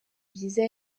byiza